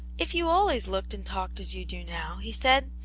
if you always looked and talked as you do now, he said,